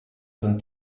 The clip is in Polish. ten